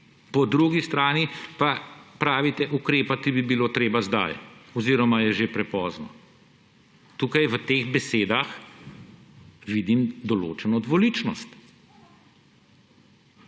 po drugi strani pa pravite, ukrepati bi bilo treba zdaj oziroma je že prepozno. Tukaj v teh besedah vidim določeno dvoličnost.